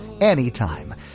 anytime